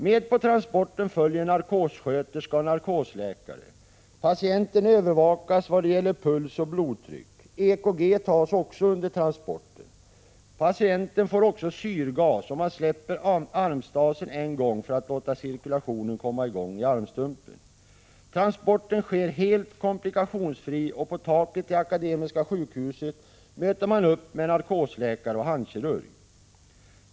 Med på transporten följer narkossköterska och narkosläkare. Patienten övervakas vad det gäller puls och blodtryck. EKG tas också under transporten. Patienten får också syrgas, och man släpper armstasen en gång för att låta cirkulationen komma i gång i armstumpen. Transporten sker helt komplikationsfritt, och på taket till Akademiska sjukhuset möter man upp med narkosläkare och handkirurg.